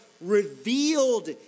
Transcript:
revealed